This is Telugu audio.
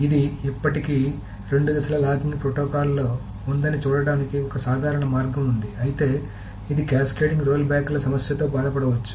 ఇది ఇప్పటికీ రెండు దశల లాకింగ్ ప్రోటోకాల్లో ఉందని చూడటానికి ఒక సాధారణ మార్గం ఉంది అయితే ఇది క్యాస్కేడింగ్ రోల్బ్యాక్ల సమస్యతో బాధపడవచ్చు